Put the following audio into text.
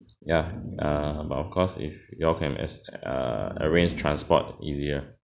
ya uh but of course if you all can as err arrange transport easier